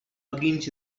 against